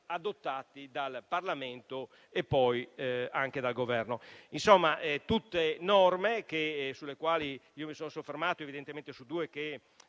adottati dal Parlamento e poi anche dal Governo. Insomma, tutte norme sulle quali mi sono soffermato, in particolare due che